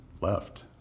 left